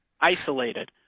isolated